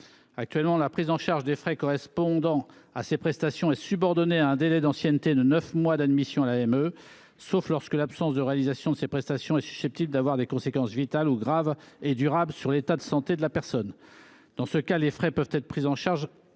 Actuellement, la prise en charge de ces frais est subordonnée à un délai d’ancienneté de neuf mois d’admission à l’AME, sauf lorsque le report des prestations est susceptible d’avoir des conséquences vitales ou graves et durables sur l’état de santé de la personne. Dans ce cas, les frais peuvent être pris en charge